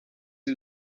who